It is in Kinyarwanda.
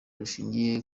rishingiye